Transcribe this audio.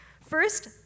First